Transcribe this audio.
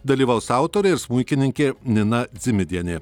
dalyvaus autorė ir smuikininkė nina dzimidienė